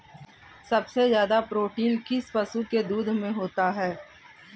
सबसे ज्यादा प्रोटीन किस पशु के दूध में होता है?